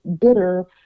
bitter